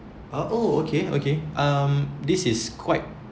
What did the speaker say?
ah oh okay okay um this is quite